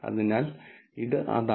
അതിനാൽ ഇത് അതാണ്